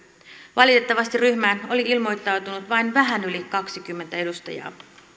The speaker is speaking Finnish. valitettavasti ryhmään oli ilmoittautunut vain vähän yli kaksikymmentä edustajaa